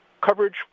coverage